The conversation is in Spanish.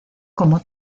como